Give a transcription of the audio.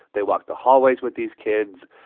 they walk the hallways with these kids.